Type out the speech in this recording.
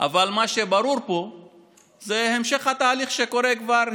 אבל מה שברור פה זה המשך התהליך שקורה כבר,